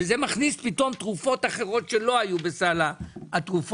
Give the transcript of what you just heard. וזה מכניס פתאום תרופות אחרות שלא היו בסל התרופות,